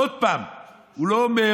עוד פעם, הוא לא אומר: